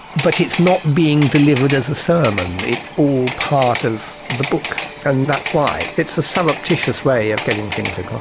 but it's not being delivered as a sermon, it's all part of the book and that's why, it's a surreptitious way of getting things across.